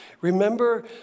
Remember